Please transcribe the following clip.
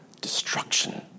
destruction